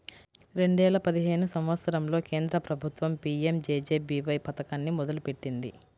రెండేల పదిహేను సంవత్సరంలో కేంద్ర ప్రభుత్వం పీ.యం.జే.జే.బీ.వై పథకాన్ని మొదలుపెట్టింది